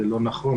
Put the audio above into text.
זה לא נכון,